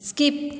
skip